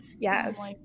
Yes